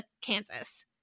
Kansas